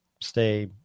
stay